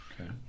okay